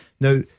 Now